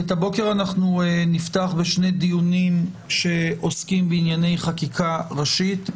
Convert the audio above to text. את הבוקר נפתח בשני דיונים שעוסקים בענייני חקיקה ראשית.